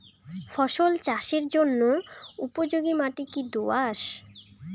ফসল চাষের জন্য উপযোগি মাটি কী দোআঁশ?